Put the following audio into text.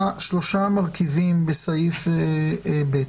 שלושה מרכיבים בסעיף ב'.